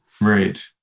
Right